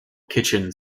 kitchen